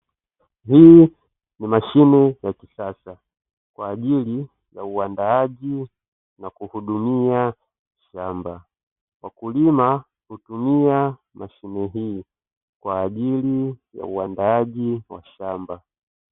Hii ni mashine ya kisasa, kwa ajili ya uandaaji na kuhudumia shamba, wakulima hutumia mashine hii kwa ajili ya uandaaji wa shamba.